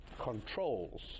controls